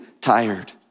tired